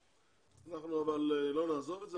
אבל לא נעזוב את זה,